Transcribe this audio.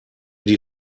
die